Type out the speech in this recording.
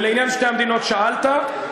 ולעניין שתי המדינות, שאלת.